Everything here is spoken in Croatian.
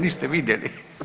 Niste vidjeli.